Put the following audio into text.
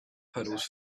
pedals